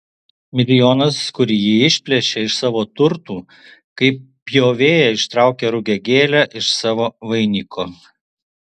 milijonas kurį ji išplėšė iš savo turtų kaip pjovėja ištraukia rugiagėlę iš savo vainiko